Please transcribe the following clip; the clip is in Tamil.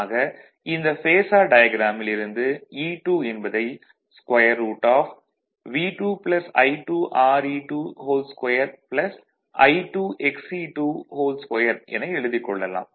ஆக இந்த பேஸார் டயாக்ராமில் இருந்து E2 என்பதை √ V2 I2 Re22 2 என எழுதிக் கொள்ளலாம்